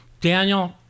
Daniel